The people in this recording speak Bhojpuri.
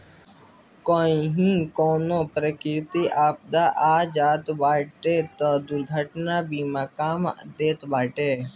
कही कवनो प्राकृतिक आपदा आ जात बाटे तअ दुर्घटना बीमा काम देत बाटे